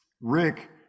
rick